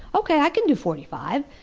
okay, i can do forty-five.